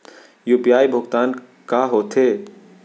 UPI भुगतान का होथे?